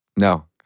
No